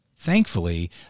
Thankfully